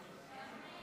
אם כן,